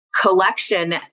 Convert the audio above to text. collection